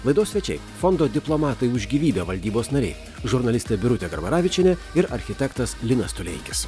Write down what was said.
laidos svečiai fondo diplomatai už gyvybę valdybos nariai žurnalistė birutė garbaravičienė ir architektas linas tuleikis